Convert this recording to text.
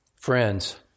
Friends